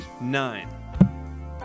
nine